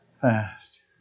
fast